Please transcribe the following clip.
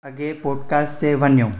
अॻिए पोडकास्ट ते वञो